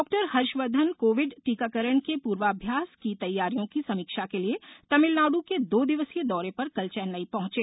doctor Harshvardhan Covid टीकाकरण के पूर्वाभ्यास की तैयारियों की समीक्षा के लिए तमिलनाडु के दो दिवसीय दौरे पर कल चेन्नई पहुंचे